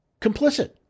complicit